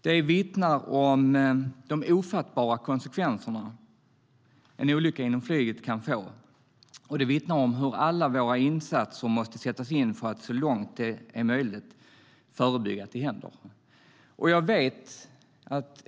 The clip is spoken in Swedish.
Det vittnar om de ofattbara konsekvenser som en olycka inom flyget kan få, och det vittnar om hur alla våra insatser måste sättas in för att så långt möjligt förebygga att det händer.